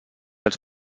els